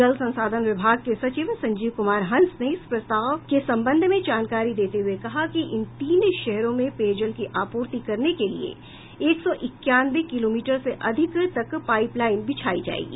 जल संसाधन विभाग के सचिव संजीव कुमार हंस ने इस प्रस्ताव के संबंध में जानकारी देते हुये कहा कि इन तीन शहरों में पेयजल की आपूर्ति करने के लिए एक सौ इक्यानवे किलोमीटर से अधिक तक पाईप लाईन बिछायी जायेगी